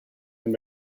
and